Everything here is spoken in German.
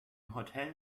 hotel